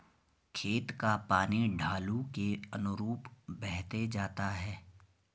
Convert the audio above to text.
खेत का पानी ढालू के अनुरूप बहते जाता है